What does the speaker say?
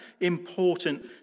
important